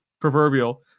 proverbial